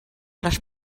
les